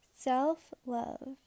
Self-love